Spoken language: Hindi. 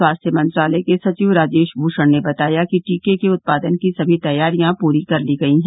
स्वास्थ्य मंत्रालय के सचिव राजेश भूषण ने बताया कि टीके के उत्पादन की सभी तैयारियां पूरी कर ली गई हैं